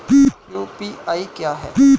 UPI क्या है?